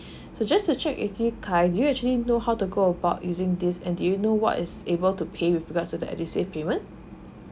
so just to check khaleel if you can actually know how to go about using this and did you know what is able to pay with regards to the edusave payment